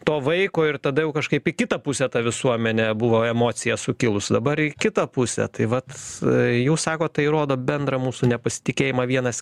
to vaiko ir tada jau kažkaip į kitą pusę ta visuomenė buvo emocija sukilus dabar į kitą pusę tai vat jūs sakot tai rodo bendrą mūsų nepasitikėjimą vienas